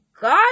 God